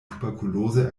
tuberkulose